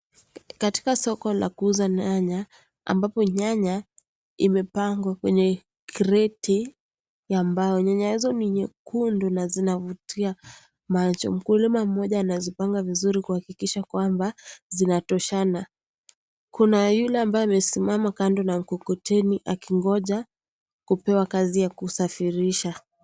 Katika soko la kuuza nyanya, ambapo nyanya imepangwa kwenye kreti ya mbao. Nyanya hizo ni nyekundu na zinavutia macho. Mkulima Mmoja anazipanga vizuri kuhakikisha ya kwamba zinatoshana. Kuna yule ambaye amesimama kando ya mkokoteni akingoja kupewa kazi ya kusafirisha.